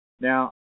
Now